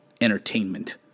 entertainment